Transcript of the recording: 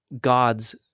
God's